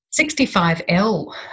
65L